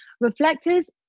Reflectors